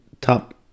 Top